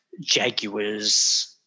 Jaguars